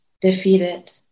defeated